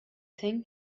thing